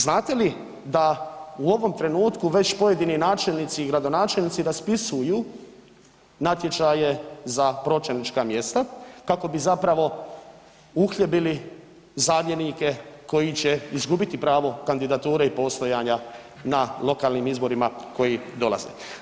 Znate li da u ovom trenutku već pojedini načelnici i gradonačelnici raspisuju natječaje za pročelnička mjesta kako bi zapravo uhljebili zamjenike koji će izgubiti pravo kandidature i postojanja na lokalnim izborima koji dolaze?